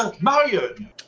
Marion